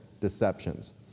deceptions